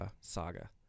Saga